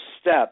step